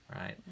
Right